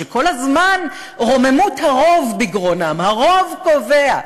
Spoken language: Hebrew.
כשכל הזמן רוממות הרוב בגרונם: הרוב קובע,